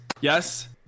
yes